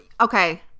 okay